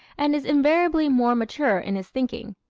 and is invariably more mature in his thinking.